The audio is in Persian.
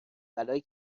بلایی